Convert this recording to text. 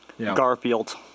Garfield